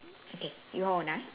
okay you hold on ah